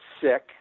sick